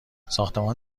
ساختمان